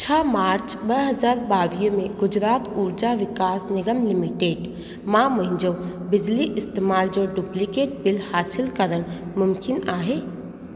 छा मार्च ॿ हज़ार ॿावीह में गुजरात ऊर्जा विकास निगम लिमिटेड मां मुंहिंजो बिजली इस्तेमाल जो डुप्लीकेट बिल हासिलु करण मुमकिन आहे